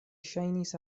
ŝajnis